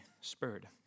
spurred